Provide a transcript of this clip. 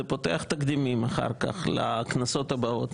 זה פותח פתח לתקדימים אחר כך לכנסות הבאות.